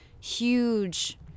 huge